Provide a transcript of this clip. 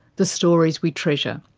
the stories we treasure.